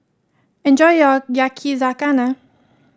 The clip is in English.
enjoy your Yakizakana